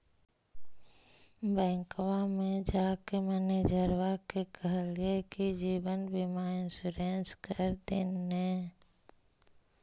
बैंकवा मे जाके मैनेजरवा के कहलिऐ कि जिवनबिमा इंश्योरेंस कर दिन ने?